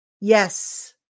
yes